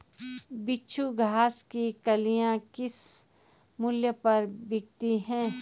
बिच्छू घास की कलियां किस मूल्य पर बिकती हैं?